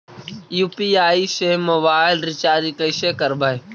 UPI से mobile recharge कैसे करबइ?